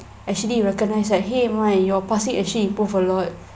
actually recognise like !hey! mai your passing actually improve a lot